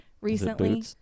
recently